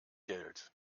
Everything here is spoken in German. geld